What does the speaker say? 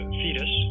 fetus